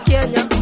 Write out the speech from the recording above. Kenya